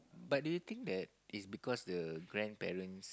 but do you think that is because the grandparents